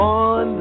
on